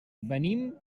venim